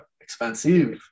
expensive